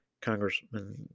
Congressman